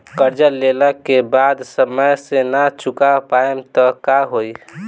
कर्जा लेला के बाद समय से ना चुका पाएम त का होई?